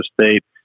state